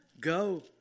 go